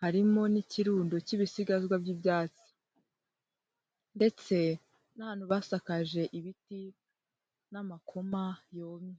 Harimo n'ikirundo cy'ibisigazwa by'ibyatsi ndetse n'ahantu basakaje ibiti n'amakoma yumye.